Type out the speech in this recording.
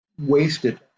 wasted